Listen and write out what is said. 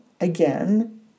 again